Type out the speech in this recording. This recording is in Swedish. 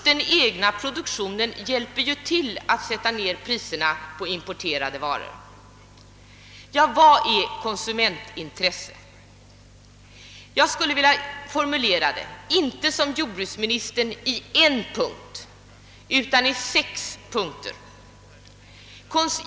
Den egna produktionen hjälper till att sätta ned priserna på importerade varor. Vad är konsumentintresse? Jag skulle vilja formulera det, inte som jordbruksministern i en punkt utan i sex punkter.